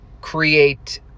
create